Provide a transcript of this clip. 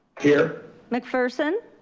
here. mcpherson?